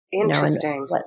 Interesting